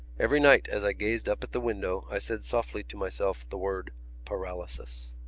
every night as i gazed up at the window i said softly to myself the word paralysis.